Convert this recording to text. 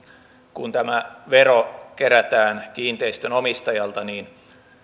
kun tämä vero kerätään kiinteistön omistajalta niin